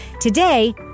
today